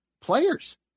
players